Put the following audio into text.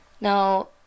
Now